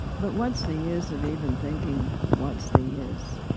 but what's the use of even thinking, what's the use?